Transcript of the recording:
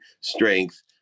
strength